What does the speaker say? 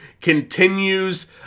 continues